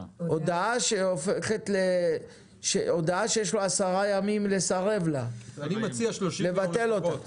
הודעה שיש לו עשרה ימים לסרב לה, לבטל אותה.